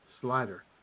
Slider